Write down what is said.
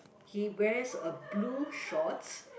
he wears a blue shorts